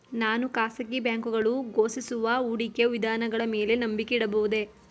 ನಾನು ಖಾಸಗಿ ಬ್ಯಾಂಕುಗಳು ಘೋಷಿಸುವ ಹೂಡಿಕೆ ವಿಧಾನಗಳ ಮೇಲೆ ನಂಬಿಕೆ ಇಡಬಹುದೇ?